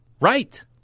Right